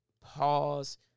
pause